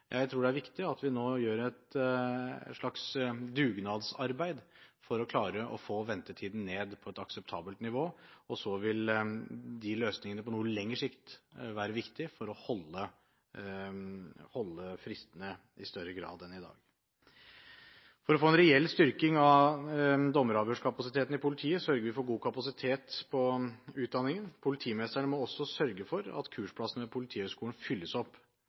Jeg tror det er viktig at vi nå gjør et slags dugnadsarbeid for å klare å få ventetiden ned på et akseptabelt nivå, og så vil løsningene på noe lengre sikt være viktig for å holde fristene i større grad enn i dag. For å få en reell styrking av dommeravhørskapasiteten i politiet sørger vi for god kapasitet på utdanningen. Politimesterne må også sørge for at kursplassene ved Politihøgskolen fylles opp.